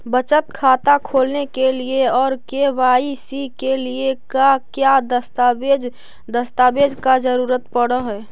बचत खाता खोलने के लिए और के.वाई.सी के लिए का क्या दस्तावेज़ दस्तावेज़ का जरूरत पड़ हैं?